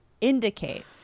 indicates